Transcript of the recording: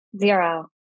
Zero